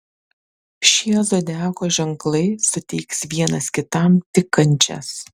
šie zodiako ženklai suteiks vienas kitam tik kančias